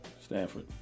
Stanford